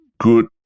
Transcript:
Good